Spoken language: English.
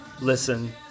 listen